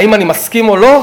האם אני מסכים או לא?